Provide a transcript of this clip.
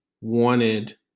wanted